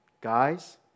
Guys